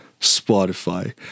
Spotify